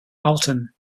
alton